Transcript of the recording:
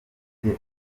afite